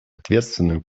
ответственную